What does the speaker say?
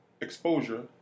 exposure